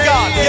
God